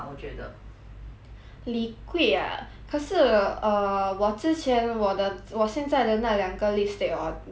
liquid ah 可是 err 我之前我的我现在的那两个 lipstick orh 有一个是那种 like